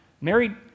Mary